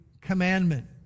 commandment